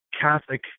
Catholic